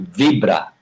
vibra